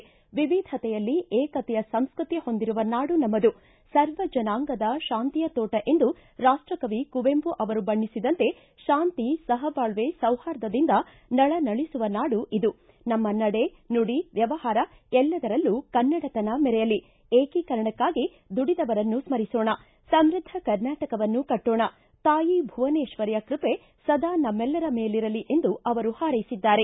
ವಿವಿಧತೆಯಲ್ಲಿ ಏಕತೆಯ ಸಂಸ್ಕೃತಿ ಹೊಂದಿರುವ ನಾಡು ನಮ್ಮದು ಸರ್ವ ಜನಾಂಗದ ಶಾಂತಿಯ ತೋಟ ಎಂದು ರಾಷ್ಟಕವಿ ಕುವೆಂಪು ಅವರು ಬಣ್ಣಿಸಿದಂತೆ ಶಾಂತಿ ಸಹಬಾಳ್ವೆ ಸೌಹಾರ್ದದಿಂದ ನಳನಳಿಸುವ ನಾಡು ಇದು ನಮ್ಮ ನಡೆ ನುಡಿ ವ್ಯವಹಾರ ಎಲ್ಲದರಲ್ಲೂ ಕನ್ನಡತನ ಮೆರೆಯಲಿ ಏಕೀಕರಣಕ್ಕಾಗಿ ದುಡಿದವರನ್ನು ಸ್ಥರಿಸೋಣ ಸಮೃದ್ಧ ಕರ್ನಾಟಕವನ್ನು ಕಟ್ಟೋಣ ತಾಯಿ ಭುವನೇಶ್ವರಿಯ ಕೃಪೆ ಸದಾ ನಮ್ಮೆಲ್ಲರ ಮೇಲಿರಲಿ ಎಂದು ಅವರು ಪಾರೈಸಿದ್ದಾರೆ